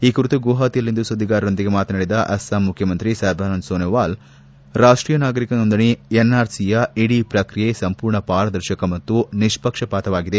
ಈ ಕುರಿತು ಗುವಹಾತಿಯಲ್ಲಿಂದು ಸುದ್ದಿಗಾರರೊಂದಿಗೆ ಮಾತನಾಡಿದ ಅಸ್ವಾಂ ಮುಖ್ರಮಂತ್ರಿ ಸರ್ಭಾನಂದ ಸೋನವಾಲ್ ರಾಷ್ಷೀಯ ನಾಗರಿಕ ನೊಂದಣಿ ಎನ್ಆರ್ಸಿಯ ಇಡೀ ಪ್ರಕ್ರಿಯೆ ಸಂಪೂರ್ಣ ಪಾರದರ್ಶಕ ಮತ್ತು ನಿಸ್ಪಕ್ಷತವಾಗಿದೆ